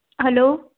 hello